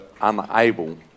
unable